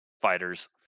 fighters